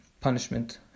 punishment